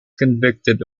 convicted